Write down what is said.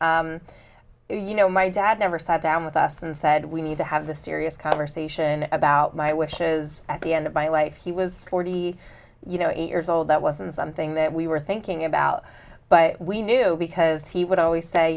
conversation you know my dad never sat down with us and said we need to have a serious conversation about my wishes at the end of my life he was forty you know eight years old that wasn't something that we were thinking about but we knew because he would always say